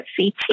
CT